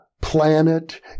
planet